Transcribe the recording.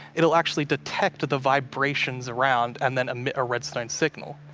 it will actually detect the vibrations around, and then a redstone signal.